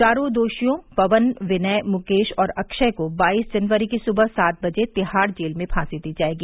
चारों दोषियों पवन विनय मुकेश और अक्षय को बाइस जनवरी की सुबह सात बजे तिहाड़ जेल में फांसी दी जाएगी